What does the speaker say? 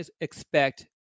expect